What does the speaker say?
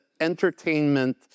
entertainment